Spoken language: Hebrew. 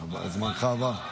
אבל זמנך עבר.